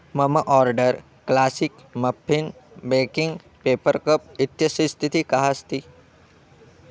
मम order classic muffin baking paper cup इत्यस्य स्थिति कः अस्ति